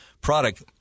product